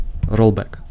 rollback